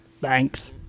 Thanks